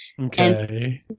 okay